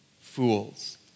fools